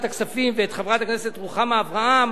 הכספים ואת חברת הכנסת רוחמה אברהם,